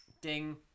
Ding